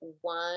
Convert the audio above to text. one